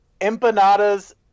empanadas